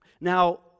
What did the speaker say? Now